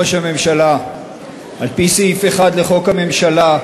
אדוני ראש הממשלה, על-פי סעיף 1 לחוק הממשלה,